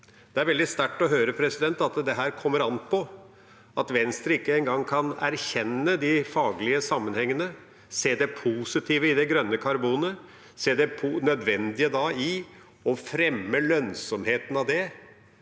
Det er veldig sterkt å høre at dette «kommer an på», og at Venstre ikke engang kan erkjenne de faglige sammenhengene, se det positive i det grønne karbonet og se det nødvendige i å fremme lønnsomheten av det.